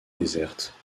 déserte